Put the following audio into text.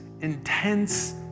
intense